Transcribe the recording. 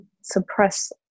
suppress